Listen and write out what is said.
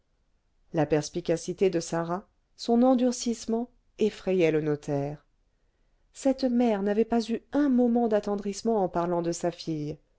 la perspicacité de sarah son endurcissement effrayaient le notaire cette mère n'avait pas eu un moment d'attendrissement en parlant de sa fille